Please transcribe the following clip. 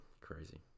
Crazy